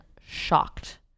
shocked